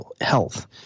Health